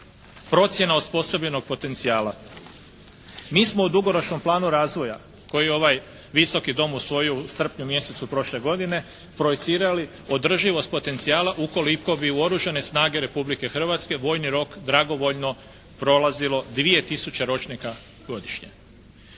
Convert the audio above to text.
procjena osposobljenog potencijala. Mi smo u dugoročnom planu razvoja koji je ovaj Visoki dom usvojio u srpnju mjesecu prošle godine, projecirali održivost potencijala ukoliko bi u Oružane snage Republike Hrvatske vojni rok dragovoljno prolazilo dvije tisuće ročnika godišnje.